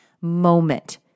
moment